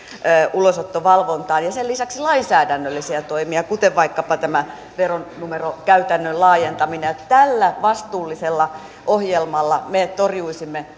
ulosottovalvontaan ja sen lisäksi lainsäädännöllisiä toimia kuten vaikkapa tämä veronumeron käytännön laajentaminen tällä vastuullisella ohjelmalla me torjuisimme